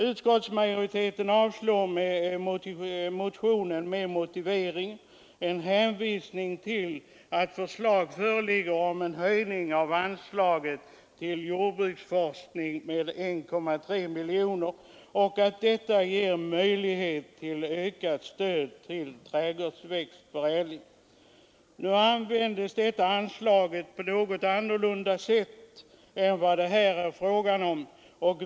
Utskottsmajoriteten avstyrker motionen och hänvisar till att förslag föreligger om höjning av anslaget till jordbruksforskning med ca 1,3 miljoner kronor och att detta ger möjlighet till ökat stöd till trädgårdsväxtförädling. Nu användes detta anslag på något annorlunda sätt än vad det här är fråga om.